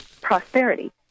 prosperity